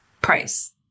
price